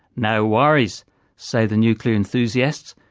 no worries say the nuclear enthusiasts,